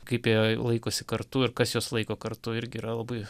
kaip jie laikosi kartu ir kas juos laiko kartu irgi yra labai